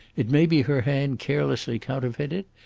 it may be her hand carelessly counterfeited.